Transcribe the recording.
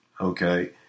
okay